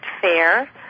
Fair